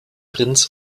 prinz